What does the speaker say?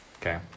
Okay